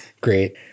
Great